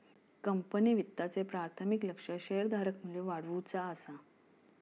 company वित्ताचे प्राथमिक लक्ष्य शेअरधारक मू्ल्य वाढवुचा असा